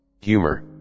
humor